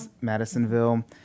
Madisonville